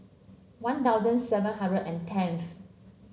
One Thousand seven hundred and tenth